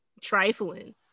Trifling